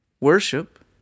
Worship